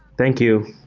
thank you.